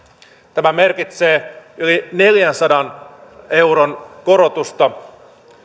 tämä merkitsee yli neljänsadan euron korotusta